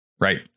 Right